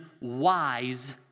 wise